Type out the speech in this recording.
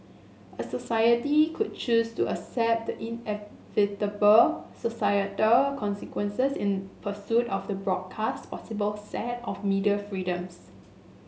a society could choose to accept the inevitable societal consequences in pursuit of the broadcast possible set of media freedoms